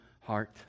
heart